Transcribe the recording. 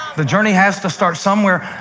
the journey has to start somewhere.